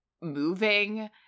moving